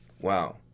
Wow